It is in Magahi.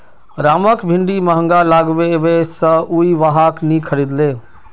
रामक भिंडी महंगा लागले वै स उइ वहाक नी खरीदले